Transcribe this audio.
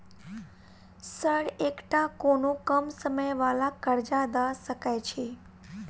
Sir एकटा कोनो कम समय वला कर्जा दऽ सकै छी?